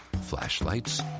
flashlights